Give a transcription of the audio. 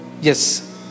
Yes